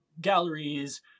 galleries